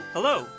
Hello